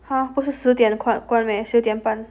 !huh! 不是十点关 meh 十点半